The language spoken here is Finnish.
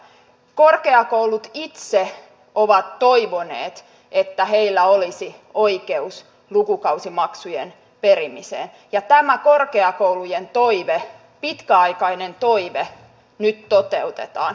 korkeakoulut itse ovat toivoneet että heillä olisi oikeus lukukausimaksujen perimiseen ja tämä korkeakoulujen toive pitkäaikainen toive nyt toteutetaan